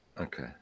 Okay